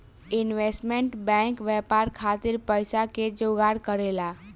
investment bank व्यापार खातिर पइसा के जोगार करेला